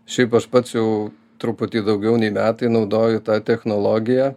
šiaip aš pats jau truputį daugiau nei metai naudoju tą technologiją